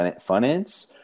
finance